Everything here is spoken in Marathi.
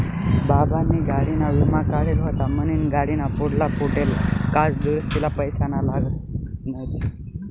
बाबानी गाडीना विमा काढेल व्हता म्हनीन गाडीना पुढला फुटेल काच दुरुस्तीले पैसा लागना नैत